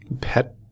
pet